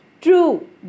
true